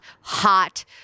hot